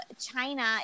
china